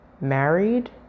married